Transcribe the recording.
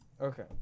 Okay